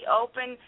open